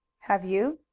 have you?